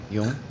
Yung